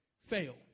fail